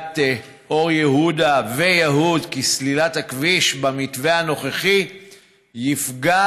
אור יהודה ויהוד כי סלילת הכביש במתווה הנוכחי תפגע